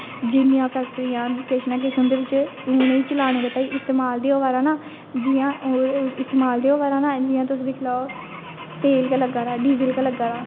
जिन्नियां फैक्टरियां ना किश ना किश उंदे बिच उंहेगी चलाने गित्तै इस्तामल होवा दा जियां इस्तामल ते होवा दा ना जियां तुस दिक्खदे हो तेल गै लग्गा दा डीजल गै लग्गा दा